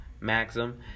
Maxim